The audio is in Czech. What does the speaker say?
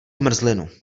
zmrzlinu